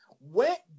went